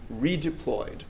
redeployed